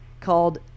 called